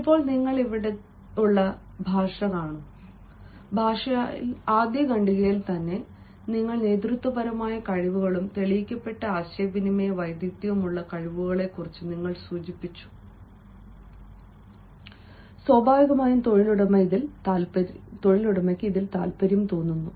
ഇപ്പോൾ നിങ്ങൾ ഇവിടെ ഭാഷ കാണുന്നു ഭാഷ ആദ്യ ഖണ്ഡികയിൽ തന്നെ നിങ്ങൾ നേതൃത്വപരമായ കഴിവുകളും തെളിയിക്കപ്പെട്ട ആശയവിനിമയ വൈദഗ്ധ്യവും ഉള്ള കഴിവുകളെക്കുറിച്ച് നിങ്ങൾ സൂചിപ്പിച്ച ഗുണങ്ങൾ ഇതിനകം സൂചിപ്പിച്ചിരിക്കുന്നു സ്വാഭാവികമായും തൊഴിലുടമ താൽപ്പര്യം തോന്നുന്നു